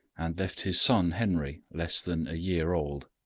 and left his son henry, less than a year old.